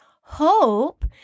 hope